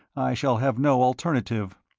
i shall have no alternative.